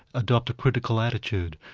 adopt a critical attitude.